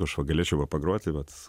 aš va galėčiau va pagroti vat